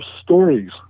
stories